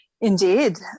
Indeed